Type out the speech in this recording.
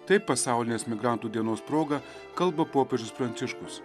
taip pasaulinės migrantų dienos proga kalba popiežius pranciškus